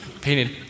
painted